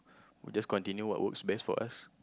we just continue what works best for us